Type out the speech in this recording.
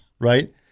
Right